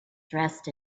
dressed